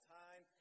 time